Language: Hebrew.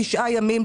תשעה ימים,